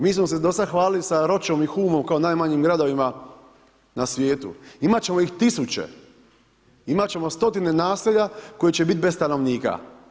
Mi smo se do sada hvalili sa Ročom i Humom kao najmanjim gradovima na svijetu, imati ćemo ih tisuće, imati ćemo stotine naselja koji će biti bez stanovnika.